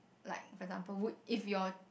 like for example would if your